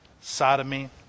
sodomy